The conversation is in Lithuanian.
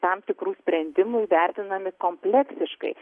tam tikrų sprendimų vertinami kompleksiškai